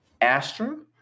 Astra